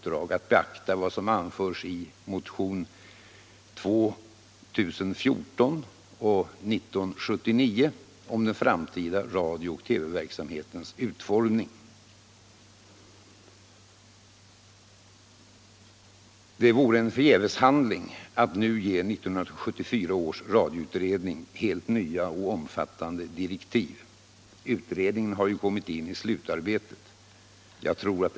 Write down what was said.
Det vore en förgäveshandling att nu ge 1974 års radioutredning helt nya och omfattande direktiv. Utredningen har ju kommit in i slutarbetet.